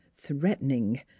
threatening